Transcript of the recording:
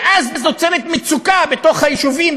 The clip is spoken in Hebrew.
ואז נוצרת מצוקה בתוך היישובים,